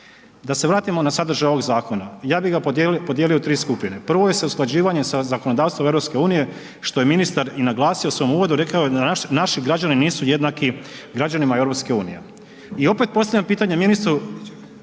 Da se vratimo na sadržaj ovog zakona, ja bih ga podijelio u tri skupine. Prvo je usklađivanje sa zakonodavstvom EU što je ministar i naglasio u svom uvodu, rekao je da naši građani nisu jednaki građanima EU. I opet postavljam pitanje ministru,